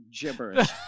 gibberish